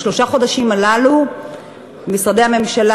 בשלושה חודשים הללו משרדי הממשלה,